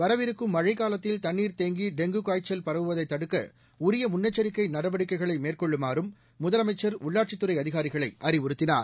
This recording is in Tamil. வரவிருக்கும் மழைக்காலத்தில் தண்ணீர் தேங்கி டெங்கு காய்ச்சல் பரவுவதை தடுக்க உரிய முன்னெச்சரிக்கை நடவடிக்கைகளை மேற்கொள்ளுமாறும் முதலமைச்சர் உள்ளாட்சித்துறை அதிகாரிகளை அறிவுறுத்தினார்